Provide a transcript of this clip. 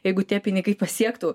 jeigu tie pinigai pasiektų